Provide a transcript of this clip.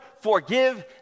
forgive